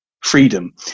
freedom